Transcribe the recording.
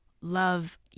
love